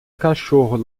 cachorro